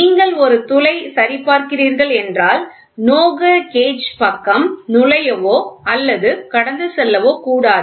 நீங்கள் ஒரு துளை சரிபார்க்கிறீர்கள் என்றால் NO GO கேஜ் பக்கம் நுழையவோ அல்லது கடந்து செல்லவோ கூடாது